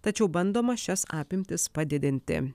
tačiau bandoma šias apimtis padidinti